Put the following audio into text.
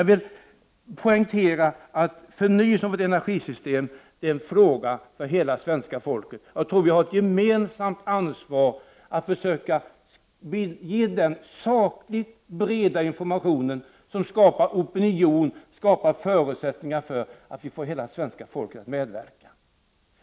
Jag vill poängtera att förnyelsen av vårt energisystem är en fråga för hela svenska folket. Jag tror att vi har ett gemensamt ansvar för att försöka ge en sådan sakligt bred information som skapar opinion och förutsättningar för att vi får hela svenska folket att medverka.